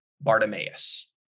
Bartimaeus